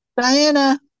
Diana